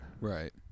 Right